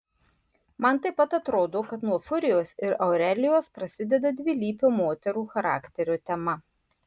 man taip pat atrodo kad nuo furijos ir aurelijos prasideda dvilypio moterų charakterio tema